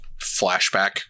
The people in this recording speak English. flashback